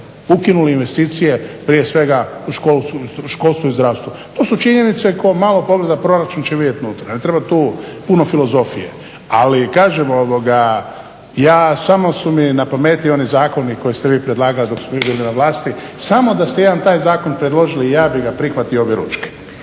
ukinuli investicije prije svega u školstvu i zdravstvu. To su činjenice koje tko malo pogleda proračun će vidjeti unutra. Ne treba tu puno filozofije, ali kažem ovoga ja samo su mi na pameti oni zakoni koje ste vi predlagali dok smo mi bili na vlasti. Samo da ste jedan taj zakon predložili ja bih ga prihvatio objeručke.